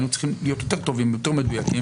היינו צריכים להיות יותר טובים, יותר מדויקים